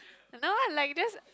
no lah like just